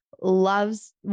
loves